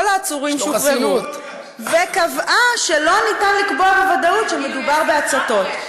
-- כל העצורים שוחררו וקבעה שלא ניתן לקבוע בוודאות שמדובר בהצתות.